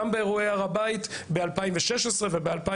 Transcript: גם באירועי הר הבית ב-2016 וב-2017.